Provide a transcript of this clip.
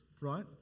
right